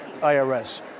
IRS